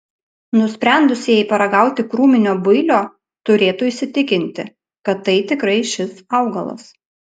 nusprendusieji paragauti krūminio builio turėtų įsitikinti kad tai tikrai šis augalas